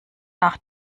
nach